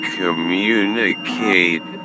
communicate